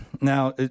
Now